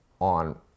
on